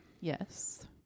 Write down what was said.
Yes